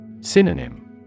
Synonym